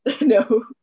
no